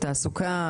תעסוקה,